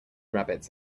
rabbits